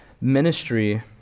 ministry